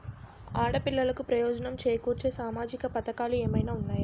ఆడపిల్లలకు ప్రయోజనం చేకూర్చే సామాజిక పథకాలు ఏమైనా ఉన్నాయా?